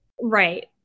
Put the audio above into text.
Right